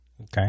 Okay